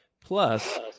plus